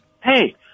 Hey